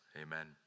Amen